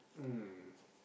um